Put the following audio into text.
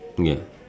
ya